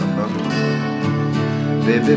Baby